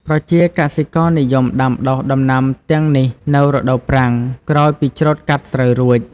ប្រជាកសិករនិយមដាំដុះដំណាំទាំងនេះនៅរដូវប្រាំង ក្រោយពីច្រូតកាត់ស្រូវរួច។